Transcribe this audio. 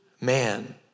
man